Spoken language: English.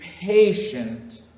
patient